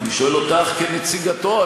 אני שואל אותך כנציגתו.